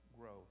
growth